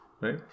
Right